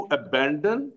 abandon